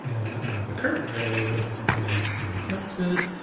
and the current value is my account sid,